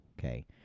okay